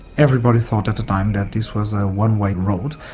everybody thought at the time that this was a one-way road.